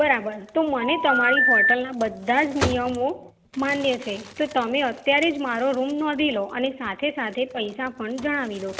બરાબર તો મને તમારી હોટલના બધા જ નિયમો માન્ય છે તો તમે અત્યારે જ મારો રૂમ નોંધી લો અને સાથે સાથે પૈસા પણ જણાવી દો